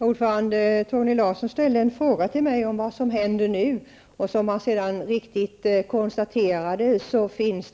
Herr talman! Torgny Larsson frågade mig vad som nu skall hända. Han konstaterade sedan också mycket riktigt att det finns